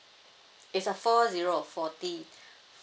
it's a four zero forty